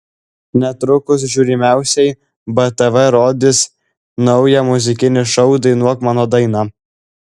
netrukus žiūrimiausiai btv rodys naują muzikinį šou dainuok mano dainą